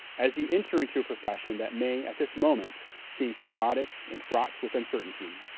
as you enter into a profession that may at this moment seem chaotic and fraught with uncertainty,